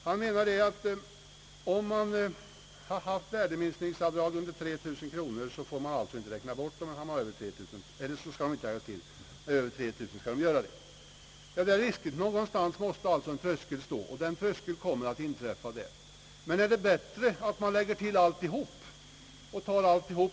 Han menar, att har man haft värdeminskningsavdrag under 3 000 kronor, får dessa avdrag inte läggas till, men uppgår de till ett belopp över 3 000 kronor skall de medräknas. Det är riktigt. Någonstans måste en tröskel vara, och den kommer alltså att inträffa vid 3 000 kronor.